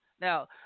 now